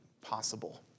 possible